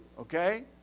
okay